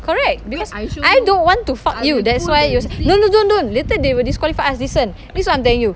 correct because I don't want to fuck you that's why you no no don't don't later they will disqualify us listen this what I'm telling you